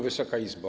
Wysoka Izbo!